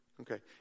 Okay